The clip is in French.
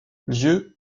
lieu